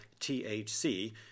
THC